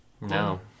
No